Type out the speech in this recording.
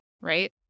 right